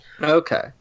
Okay